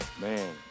Man